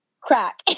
crack